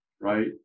right